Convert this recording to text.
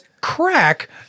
crack